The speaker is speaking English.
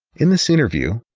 in this interview,